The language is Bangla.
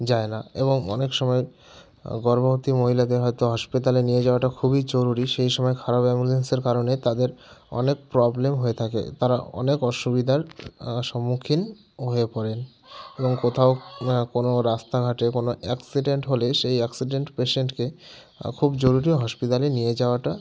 যায় না এবং অনেক সময় গর্ভবতী মহিলাদের হয়তো হসপিতালে নিয়ে যাওয়াটা খুবই জরুরি সেই সময় খারাপ অ্যাম্বুলেন্সের কারণে তাদের অনেক প্রবলেম হয়ে থাকে তারা অনেক অসুবিধার সম্মুখীন হয়ে পড়েন এবং কোথাও কোনো রাস্তাঘাটে কোনো অ্যাক্সিডেন্ট হলে সেই অ্যাক্সিডেন্ট পেসেন্টকে খুব জরুরি হসপিতালে নিয়ে যাওয়াটা